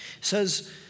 says